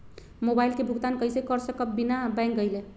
Mobile के भुगतान कईसे कर सकब बिना बैंक गईले?